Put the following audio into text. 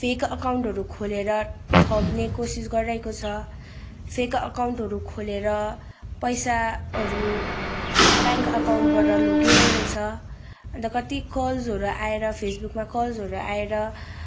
fake अकाउन्टहरू खोलेर ठग्ने कोसिस गरिरहेको छ फेक अकाउन्टहरू खोलेर पैसाहरू ब्याङ्क एकाउन्टबाट लगिरहेको छ अन्त कति कलहरू आएर फेसबुकमा कलहरू आएर